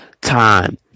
time